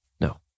No